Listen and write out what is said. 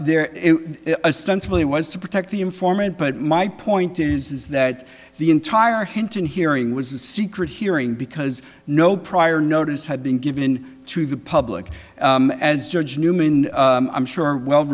there a sense really was to protect the informant but my point is that the entire hinton hearing was a secret hearing because no prior notice had been given to the public as judge newman i'm sure well